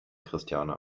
christiane